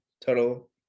total